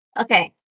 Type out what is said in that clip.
Okay